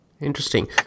interesting